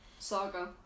Saga